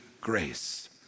grace